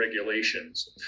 regulations